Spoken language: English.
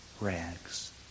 rags